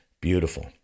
Beautiful